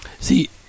see